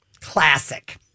classic